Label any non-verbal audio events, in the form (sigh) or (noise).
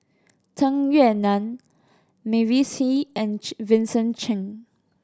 Tung Yue Nang Mavis Hee and (unintelligible) Vincent Cheng